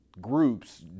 groups